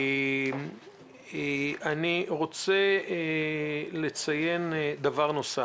אני רוצה לציין דבר נוסף;